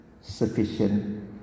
sufficient